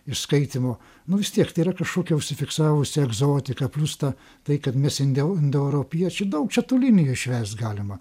iš skaitymo nu vis tiek tai yra kašokia užsifiksavusi egzotika plius ta tai kad mes indeu indoeuropiečiai daug čia tų linijų išvest galima